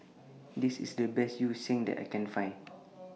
This IS The Best Yu Sheng that I Can Find